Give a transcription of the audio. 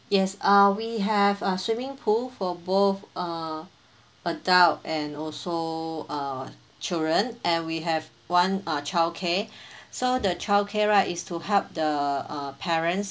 yes uh we have a swimming pool for both err adult and also err children and we have one err childcare so the childcare right is to help the err parents